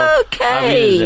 okay